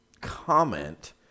comment